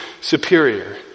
superior